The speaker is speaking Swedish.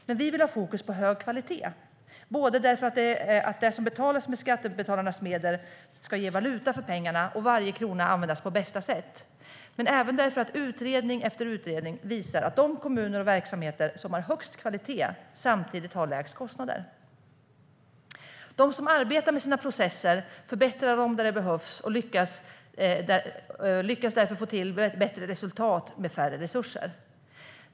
Men vi vill ha fokus på hög kvalitet, både därför att det som betalas med skattebetalarnas medel ska ge valuta för pengarna och varje krona användas på bästa sätt och därför att utredning efter utredning visar att de kommuner och verksamheter som har högst kvalitet samtidigt har de lägsta kostnaderna. De som arbetar med sina processer och förbättrar dem där det behövs lyckas därför få till bättre resultat med mindre resurser.